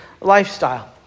lifestyle